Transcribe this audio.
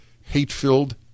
hate-filled